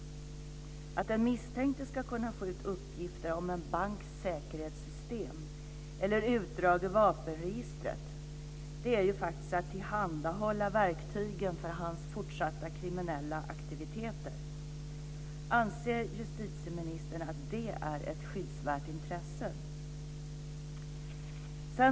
Att den misstänkte ska kunna få ut uppgifter om en banks säkerhetssystem eller utdrag ut vapenregistret är faktiskt att tillhandahålla verktygen för hans fortsatta kriminella aktiviteter. Anser justitieministern att det är ett skyddsvärt intresse?